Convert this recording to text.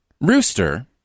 rooster